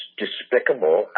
despicable